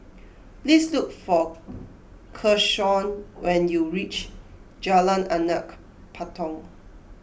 please look for Keshaun when you reach Jalan Anak Patong